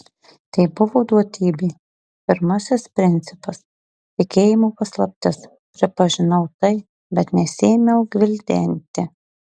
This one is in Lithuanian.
tai buvo duotybė pirmasis principas tikėjimo paslaptis pripažinau tai bet nesiėmiau gvildenti